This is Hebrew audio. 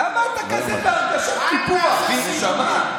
למה אתה כזה, בהרגשת קיפוח, נשמה?